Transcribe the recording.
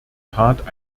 tat